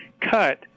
cut